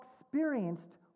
experienced